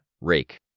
rake